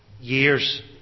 years